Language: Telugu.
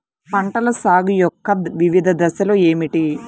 పంటల సాగు యొక్క వివిధ దశలు ఏమిటి?